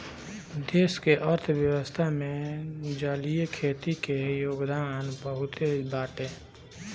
देश के अर्थव्यवस्था में जलीय खेती के योगदान बहुते बाटे